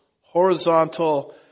horizontal